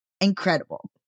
incredible